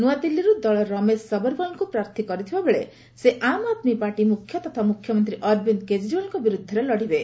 ନ୍ତଆଦିଲ୍କୀରୁ ଦଳ ରମେଶ ସବରଓ୍ବାଲଙ୍କୁ ପ୍ରାର୍ଥୀ କରିଥିବାବେଳେ ସେ ଆମ ଆଦମୀ ପାର୍ଟି ମୁଖ୍ୟ ତଥା ମୁଖ୍ୟମନ୍ତ୍ରୀ ଅରବିନ୍ଦ କେଜରିୱାଲଙ୍କ ବିରୁଦ୍ଧରେ ଲଢ଼ିବେ